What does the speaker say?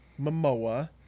Momoa